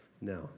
Now